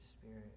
Spirit